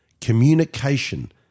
Communication